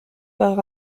par